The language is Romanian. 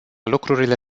lucrurile